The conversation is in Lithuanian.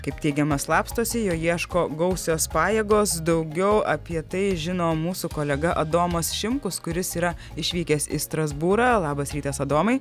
kaip teigiama slapstosi jo ieško gausios pajėgos daugiau apie tai žino mūsų kolega adomas šimkus kuris yra išvykęs į strasbūrą labas rytas adomai